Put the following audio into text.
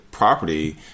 property